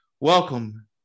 welcome